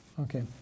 Okay